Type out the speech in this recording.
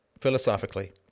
philosophically